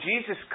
Jesus